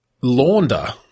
Launder